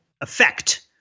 effect